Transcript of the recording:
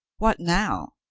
what now?